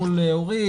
מול אורית,